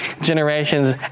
generations